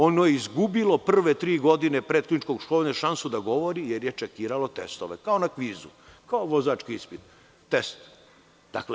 Ono je izgubilo prve tri godine prethodnog školovanja šansu da govori jer je čekiralo testove, kao na kvizu, kao vozački ispit, test.